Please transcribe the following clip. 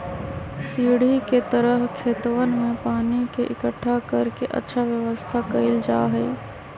सीढ़ी के तरह खेतवन में पानी के इकट्ठा कर के अच्छा व्यवस्था कइल जाहई